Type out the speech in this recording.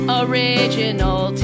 original